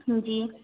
जी